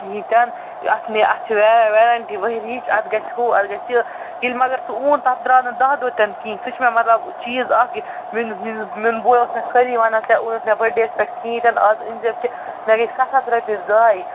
کِہیٖنۍ تہِ نہٕ اتھ نہِ اتھ چھِ وے ویرنٛٹی ؤہِر یہِ چھِ اتھ گَژھِ ہُہ اتھ گَژھِ یہِ ییٚلہِ مگر سُہ اوٗن تتھ دراو نہٕ دَہ دۄہ تہِ نہٕ کِہیٖنۍ سِہ چھُ مےٚ مطلب چیٖز اکھ میانِس میانِس میون بوے اوس مےٚ خٲلی وَنان ژے اوٚنُتھ مےٚ بٔرڈے یس پٮ۪ٹھ کِہیٖنۍ تہِ نہٕ آز أنہِ زٮ۪م کیٚنٛہہ مےٚ گٔے ستھ ہتھ رۄپیہِ زایہِ